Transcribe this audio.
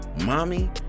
mommy